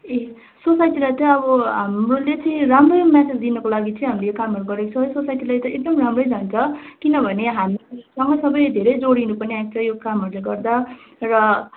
ए सोसाइटीलाई चाहिँ अब हाम्रोले चाहिँ राम्रै मेसेज दिनको लागि चाहिँ हामीले यो कामहरू गरेको छौँ है सोसाइटीलाई त एकदम राम्रै जान्छ किनभने हामीहरूसँगै सबै धेरै जोडिनु पनि आएको छ यो कामहरूले गर्दा र